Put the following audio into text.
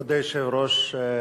כבוד היושב-ראש,